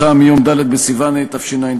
הצעה מיום ד' בסיוון התשע"ד,